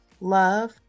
love